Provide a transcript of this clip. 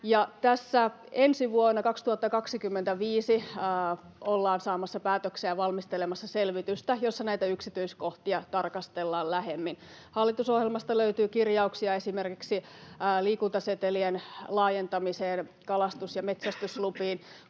tässä ensi vuonna, 2025, ollaan saamassa päätöksiä ja valmistelemassa selvitystä, jossa näitä yksityiskohtia tarkastellaan lähemmin. Hallitusohjelmasta löytyy kirjauksia esimerkiksi liikuntasetelien laajentamisesta kalastus- ja metsästyslupiin,